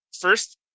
first